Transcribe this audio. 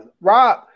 Rob